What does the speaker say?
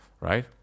right